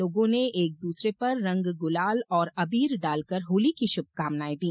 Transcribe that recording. लोगों ने एक दूसरे पर रंग गुलाल और अबीर डालकर होली की शुभकामनाएं दी